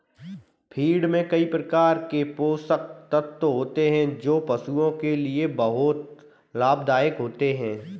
feed में कई प्रकार के पोषक तत्व होते हैं जो पशुओं के लिए बहुत लाभदायक होते हैं